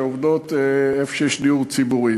שעובדות איפה שיש דיור ציבורי.